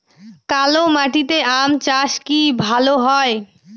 কালো মাটিতে আম চাষ কি ভালো হয়?